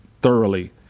thoroughly